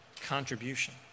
contribution